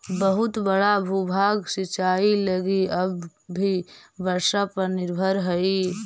बहुत बड़ा भूभाग सिंचाई लगी अब भी वर्षा पर निर्भर हई